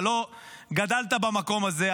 אתה לא גדלת במקום הזה.